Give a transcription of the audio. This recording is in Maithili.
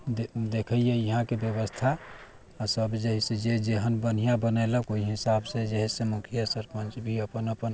देखैए यहाँके व्यवस्था आ सभ जे हइ से जे जेहन बन्हिआँ बनेलक ओहि हिसाबसँ जे हइ से मुखिया सरपञ्च भी अपन अपन